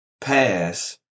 pass